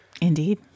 Indeed